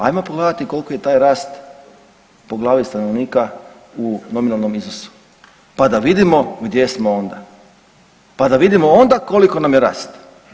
Ajmo pogledati koliki je taj rast po glavi stanovnika u nominalnom iznosu, pa da vidimo gdje smo onda, pa da vidimo onda koliko nam je rast.